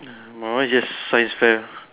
my one is just science fair